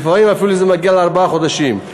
ולפעמים זה אפילו מגיע לארבעה חודשים.